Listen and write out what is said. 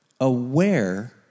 aware